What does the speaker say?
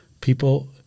people